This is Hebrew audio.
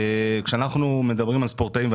כשאנחנו מדברים על ספורטאים,